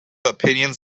opinions